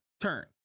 turn